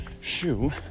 Shoe